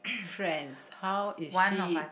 friends how is she